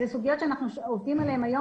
אלה סוגיות שאנחנו עובדים עליהם היום